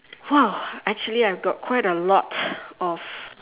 !wow! actually I've got quite a lot of